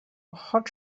hot